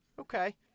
Okay